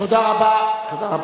תודה רבה.